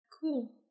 cool